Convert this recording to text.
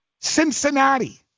Cincinnati